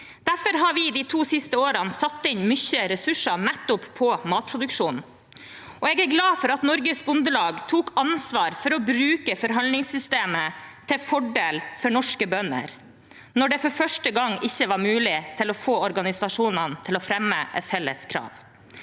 Derfor har vi de to siste årene satt inn mye ressurser nettopp på matproduksjon, og jeg er glad for at Norges Bondelag tok ansvar for å bruke forhandlingssystemet til fordel for norske bønder når det for første gang ikke var mulig å få organisasjonene til å fremme et felles krav.